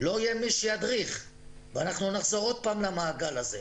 לא יהיה מי שידריך ונחזור שוב למעגל הזה.